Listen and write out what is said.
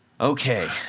Okay